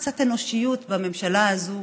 קצת אנושיות בממשלה הזאת